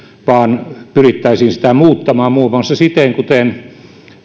vaan pyrittäisiin sitä muuttamaan muun muassa siten kuten